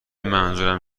منظورم